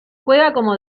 como